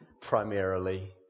primarily